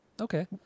Okay